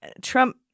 Trump